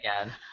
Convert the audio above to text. again